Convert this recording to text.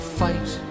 fight